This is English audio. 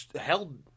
held